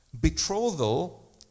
betrothal